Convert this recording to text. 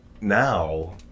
now